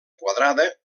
quadrada